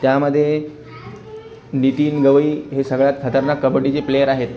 त्यामधे नितीन गवई हे सगळ्यात खतरनाक कबड्डीचे प्लेअर आहेत